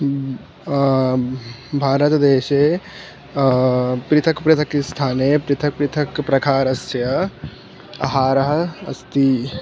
भारतदेशे पृथक् पृथक् स्थाने पृथक् पृथक् प्रखारस्य अहारः अस्ति